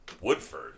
Woodford